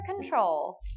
control